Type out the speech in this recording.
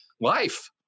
life